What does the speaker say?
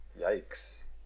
Yikes